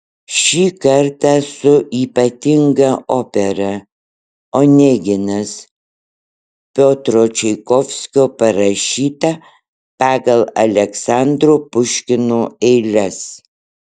šį kartą su ypatinga opera oneginas piotro čaikovskio parašyta pagal aleksandro puškino eiles